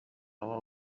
haba